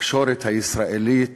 התקשורת הישראלית